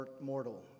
mortal